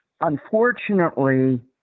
Unfortunately